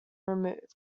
removed